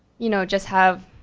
you know, just have,